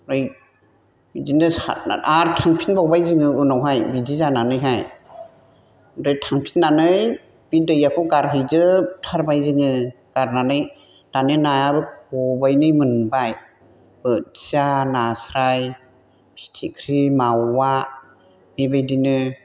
आफ्राय बिदिनो सारना आरो थांफिनबावबाय जोङो उनावहाय बिदि जानानैहाय आमफ्राय थांफिननानै बे दैयाखौ गारहैजोबथारबाय जोङो गारनानै दाने नायाबो खबाइनै मोनबाय बोथिया नास्राइ फिथिख्रि मावा बेबायदिनो